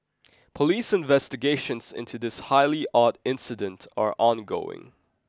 police investigations into this highly odd incident are ongoing